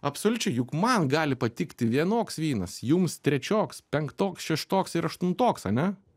absoliučiai juk man gali patikti vienoks vynas jums trečioks penktoks šeštoks ir aštuntoks ar ne